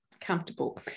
comfortable